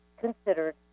considered